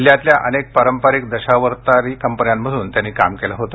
जिल्ह्यातल्या अनेक पारंपरिक दशावतारी कंपन्यांमधून त्यांनी काम केल होते